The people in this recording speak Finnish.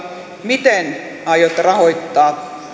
miten aiotte rahoittaa